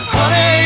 Honey